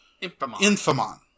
Infamon